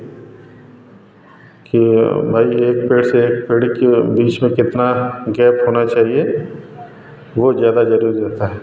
कि भाई एक पेड़ से एक पेड़ की बीच में कितना गैप होना चाहिए वह ज़्यादा ज़रूरी होता है